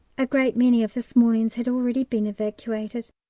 a great many of this morning's had already been evacuated,